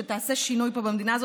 שתעשה שינוי במדינה הזאת.